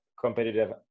competitive